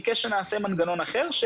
ביקש שנעשה מנגנון אחר.